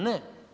Ne.